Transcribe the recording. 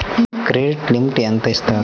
Credit limit ఎంత ఇస్తారు?